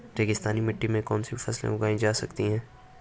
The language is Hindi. रेगिस्तानी मिट्टी में कौनसी फसलें उगाई जा सकती हैं?